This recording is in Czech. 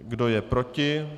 Kdo je proti?